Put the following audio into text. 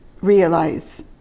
realize